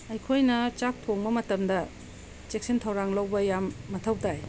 ꯑꯩꯈꯣꯏꯅ ꯆꯥꯛ ꯊꯣꯡꯕ ꯃꯇꯝꯗ ꯆꯦꯛꯁꯤꯟ ꯊꯧꯔꯥꯡ ꯂꯧꯕ ꯌꯥꯝ ꯃꯊꯧ ꯇꯥꯏ